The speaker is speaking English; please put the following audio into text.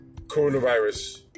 Coronavirus